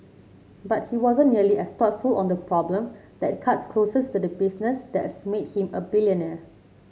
but he wasn't nearly as thoughtful on the problem that cuts closest to the business that's made him a billionaire